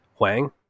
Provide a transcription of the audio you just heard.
Wang